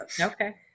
okay